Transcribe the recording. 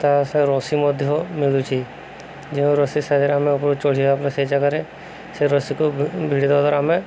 ତା ରସି ମଧ୍ୟ ମିଳୁଛିି ଯେଉଁ ରଶି ସାହାଯ୍ୟରେ ଆମେ ଉପରେ ଚଢ଼ିବାରେ ସେ ଜାଗାରେ ସେ ରସିକୁ ଭିଡ଼ି ଦବା ଦ୍ୱାରା ଆମେ